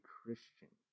Christian